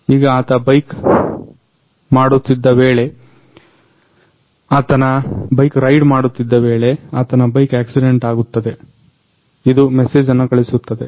ಈಗ ಆತ ಬೈಕ್ ಮಾಡುತ್ತಿದ್ದ ವೇಳೆ ಆತನ ಬೈಕ್ ಆಕ್ಸಿಡೆಂಟ್ ಆಗುತ್ತದೆ ಇದು ಮೆಸೇಜನ್ನ ಕಳಿಸುತ್ತದೆ